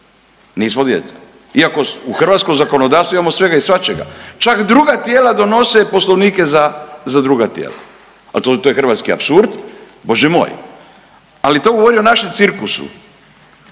nismo djeca iako u hrvatskom zakonodavstvu imamo svega i svačega, čak druga tijela donose poslovnike za, za druga tijela, a to, to je hrvatski apsurd, Bože moj, ali to govori o našem cirkusu